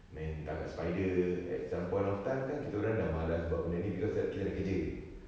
main tangkap spider at some point of time kan kita orang dah malas buat benda ni because yat~ kita nak kerja